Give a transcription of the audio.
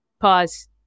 pause